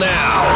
now